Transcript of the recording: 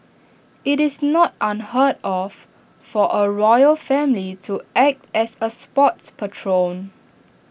IT is not unheard of for A royal family to act as A sports patron